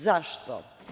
Zašto?